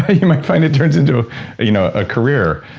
ah you might find it turns into you know a career,